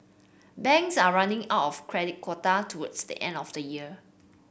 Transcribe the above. banks are running out of credit quota towards the end of the year